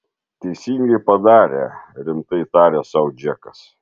teisingai padarė rimtai tarė sau džekas